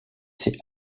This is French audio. ces